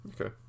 okay